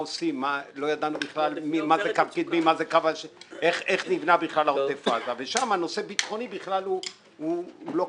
ידענו בכלל איך נבנה עוטף עזה ושם הנושא הביטחוני לא קיים.